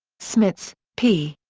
smets, p.